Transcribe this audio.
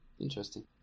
Interesting